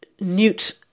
Newt